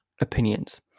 opinions